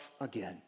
again